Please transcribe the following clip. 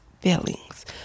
feelings